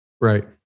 Right